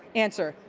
answer,